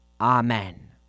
Amen